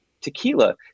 tequila